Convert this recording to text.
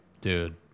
Dude